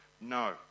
No